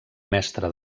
mestre